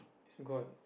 gone